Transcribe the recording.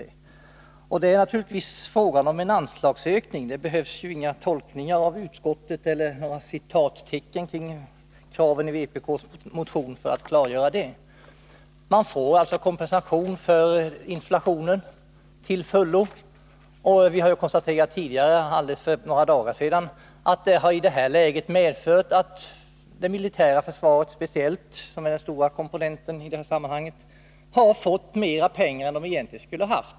Det är naturligtvis fråga om en anslagshöjning — det behövs inga tolkningar av utskottet eller några citattecken kring kraven i vpk-motionen för att klargöra det. Försvaret får full kompensation för inflationen. Vi konstaterade för bara några dagar sedan att det i detta läge har medfört att speciellt det militära försvaret, som är den stora komponenten i sammanhanget, har fått mer pengar än det egentligen skulle ha.